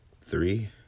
three